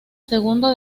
segundo